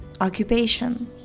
occupation